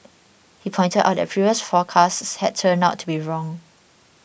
he pointed out that previous forecasts had turned out to be wrong